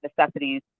necessities